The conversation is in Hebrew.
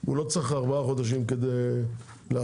לא צריך ארבעה חודשים כדי להחליט,